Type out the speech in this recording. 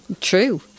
True